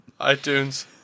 iTunes